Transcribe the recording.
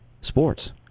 sports